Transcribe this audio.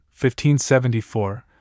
1574